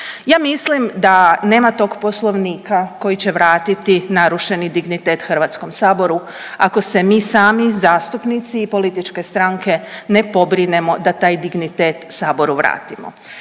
Ja mislim da nema tog poslovnika koji će vratiti narušeni dignitet HS ako se mi sami zastupnici i političke stranke ne pobrinemo da taj dignitet saboru vratimo.